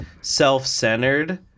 self-centered